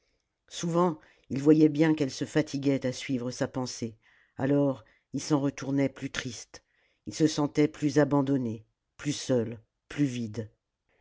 souvent il voyait bien qu'elle se fatiguait à suivre sa pensée alors il s'en retournait plus triste il se sentait plus abandonné plus seul plus vide